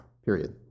Period